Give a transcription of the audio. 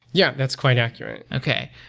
yeah, that's quite accurate. okay.